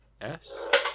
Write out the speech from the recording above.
-S